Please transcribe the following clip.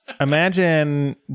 Imagine